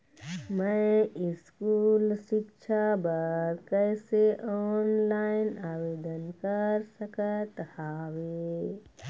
मैं स्कूल सिक्छा बर कैसे ऑनलाइन आवेदन कर सकत हावे?